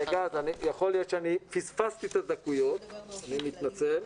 יכול להיות שפספסתי את הדקויות ואני מתנצל.